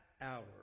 hour